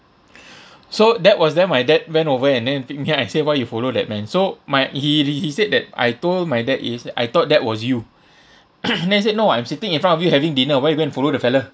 so that was then my dad went over and then pick me up I say why you follow that man so my he re~ he said that I told my dad is I thought that was you then he said no I'm sitting in front of you having dinner why you go and follow the fella